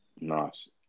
Nice